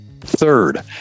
Third